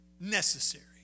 necessary